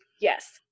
Yes